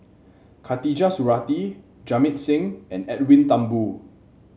Khatijah Surattee Jamit Singh and Edwin Thumboo